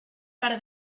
para